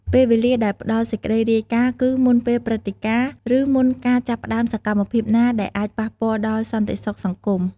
ពេលវេលាដែលផ្តល់សេចក្តីរាយការណ៍គឺ មុនពេលព្រឹត្តិការណ៍ ឬមុនការចាប់ផ្តើមសកម្មភាពណាដែលអាចប៉ះពាល់ដល់សន្តិសុខសង្គម។